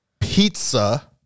pizza